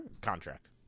contract